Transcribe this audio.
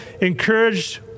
encouraged